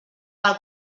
pel